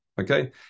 Okay